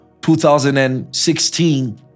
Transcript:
2016